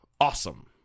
awesome